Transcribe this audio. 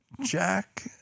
Jack